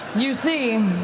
you see,